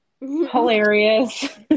Hilarious